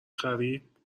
خرید